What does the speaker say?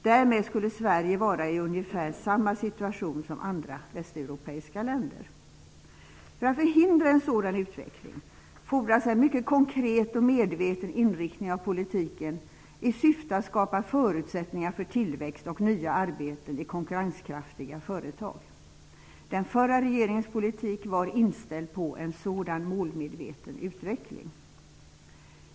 Därmed skulle Sverige vara i ungefär samma situation som andra västeuropeiska länder. För att förhindra en sådan utveckling fordras en mycket konkret och medveten inriktning av politiken i syfte att skapa förutsättningar för tillväxt och nya arbeten i konkurrenskraftiga företag. Den förra regeringens politik var inställd på en sådan målmedveten utveckling.